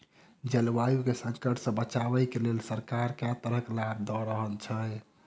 जलवायु केँ संकट सऽ बचाबै केँ लेल सरकार केँ तरहक लाभ दऽ रहल छै?